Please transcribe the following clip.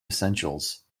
essentials